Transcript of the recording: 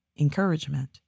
encouragement